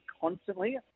constantly